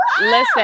listen